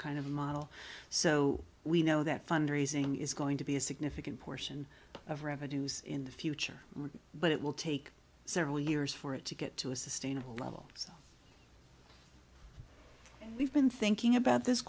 kind of model so we know that fundraising is going to be a significant portion of revenues in the future but it will take several years for it to get to a sustainable level so we've been thinking about this